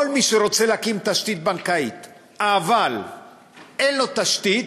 כל מי שרוצה להקים תשתית בנקאית אבל אין לו תשתית,